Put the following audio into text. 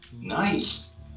Nice